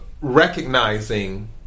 recognizing